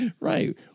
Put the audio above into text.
right